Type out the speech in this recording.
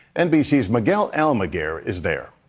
nbc's miguel almaguer is there.